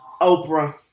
Oprah